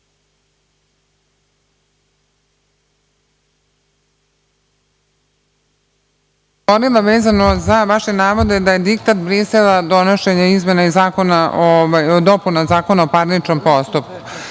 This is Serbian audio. bih vezano za vaše navode da je diktat Brisela donošenje izmena i dopuna Zakona o parničnom postupku.